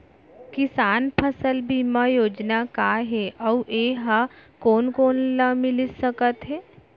किसान फसल बीमा योजना का हे अऊ ए हा कोन कोन ला मिलिस सकत हे?